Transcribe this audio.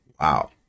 Wow